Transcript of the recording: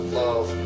love